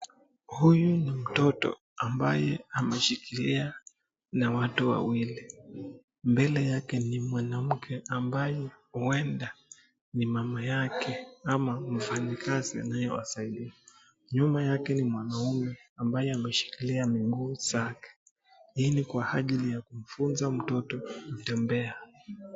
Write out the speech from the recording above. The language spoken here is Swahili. Huyu ni mtoto ambaye ameshikilia na watu watu wawili. Mbele yake ni mwanamke ambaye huenda ni mamake ama mfanyakazi anayewasaidia. Nyuma yake ni mwanaume ambaye ameshikilia nguo zake hii ni kwa ajili ya kumfunza mtoto kutembea.